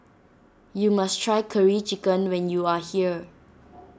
you must try Curry Chicken when you are here